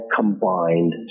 combined